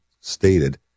stated